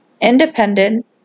independent